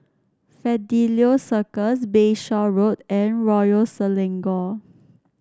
Fidelio Circus Bayshore Road and Royal Selangor